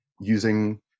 using